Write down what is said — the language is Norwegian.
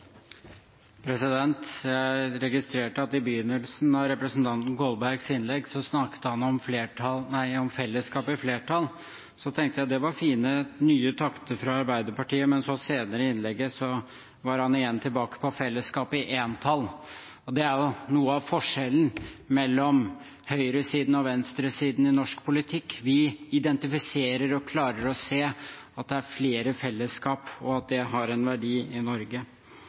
Jeg registrerte at i begynnelsen av representanten Kolbergs innlegg snakket han om fellesskap i flertall. Da tenkte jeg at det var fine, nye takter fra Arbeiderpartiet. Men senere i innlegget var han tilbake på fellesskap i entall. Det er noe av forskjellen mellom høyresiden og venstresiden i norsk politikk. Vi identifiserer og klarer å se at det er flere fellesskap, og at det har en verdi i Norge.